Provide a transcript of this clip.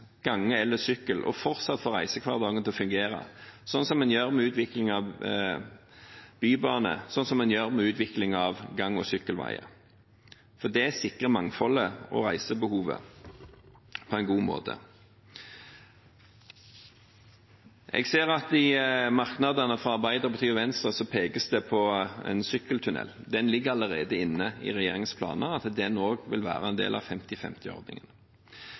eller sykkel og fortsatt få reisekabalen til å fungere, som en gjør med utvikling av bybane, som en gjør med utvikling av gang- og sykkelveier. Det sikrer mangfoldet og reisebehovet på en god måte. Jeg ser at det i merknadene fra Arbeiderpartiet og Venstre pekes på en sykkeltunnel. Det ligger allerede inne i regjeringens planer at også den vil være en del av